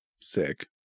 sick